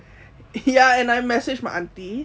ya and I message my aunty